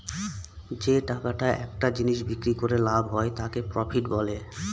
যে টাকাটা একটা জিনিস বিক্রি করে লাভ হয় তাকে প্রফিট বলে